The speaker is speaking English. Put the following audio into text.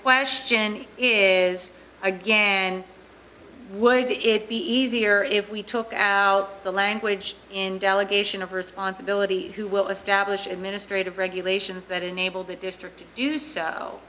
question is again would it be easier if we took out the language in delegation of responsibility who will establish administrative regulations that enable the district do you s